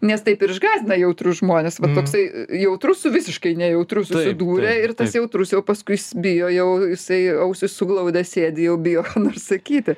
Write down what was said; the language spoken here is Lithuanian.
nes taip ir išgąsdina jautrius žmonės va toksai jautrus su visiškai nejautriu susidūrė ir tas jautrus jau paskui jis bijo jau jisai ausis suglaudęs sėdi jau bijo ką nors sakyti